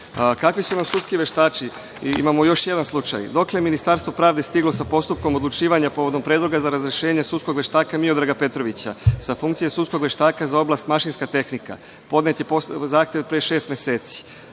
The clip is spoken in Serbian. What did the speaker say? su nam sudski veštaci imamo još jedan slučaj. Dokle je Ministarstvo pravde stiglo sa postupkom odlučivanja povodom predloga za razrešenje sudskog veštaka Miodraga Petrovića sa funkcije sudskog veštaka za oblast mašinska tehnika. Podnet je zahtev pre šest meseci.